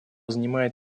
занимает